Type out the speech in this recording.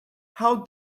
how